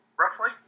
roughly